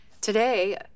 Today